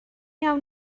iawn